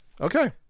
Okay